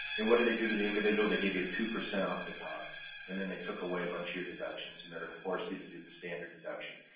and what did they do to the individual? they gave you a two percent off the top and then they took away bunch of your deductions and they're going to force you to do the standard deduction.